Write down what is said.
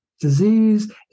Disease